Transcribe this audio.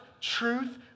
truth